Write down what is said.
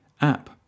app